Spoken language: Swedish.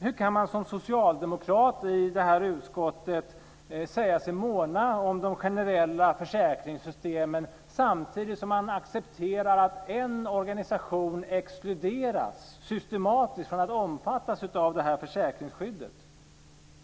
Hur kan man som socialdemokrat i det här utskottet säga sig måna om de generella försäkringssystemen samtidigt som man accepterar att en organisation systematiskt exkluderas från att omfattas av försäkringsskyddet?